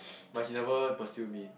but he never pursue me